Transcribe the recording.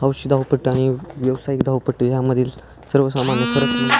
औशी दावं पट्टी आनि व्यवसायिक दावं पट्टी ह्यामधील सर्वसामान करत